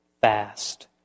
fast